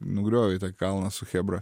nugriovei tą kalną su chebra